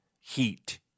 heat